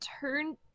turn